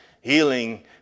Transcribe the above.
healing